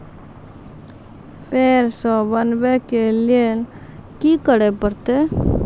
फेर सॅ बनबै के लेल की करे परतै?